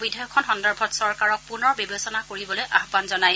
তেওঁ বিধেয়কখন সন্দৰ্ভত চৰকাৰক পুনৰ বিবেচনা কৰিবলৈ আহান জনায়